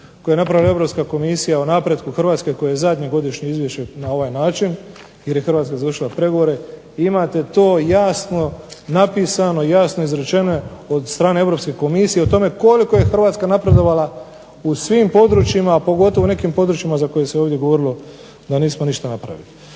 koje je napravila Europska komisija o napretku Hrvatske, koje je zadnje godišnje izvješće na ovaj način jer je Hrvatska završila pregovore, imate to jasno napisano i jasno izrečeno od strane Europske komisije o tome koliko je Hrvatska napredovala u svim područjima, a pogotovo u nekim područjima za koje se ovdje govorilo da nismo ništa napravili.